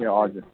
ए हजुर